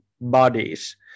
bodies